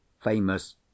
famous